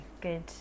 good